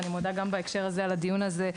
ואני מודה גם בהקשר הזה על הדיון הזה,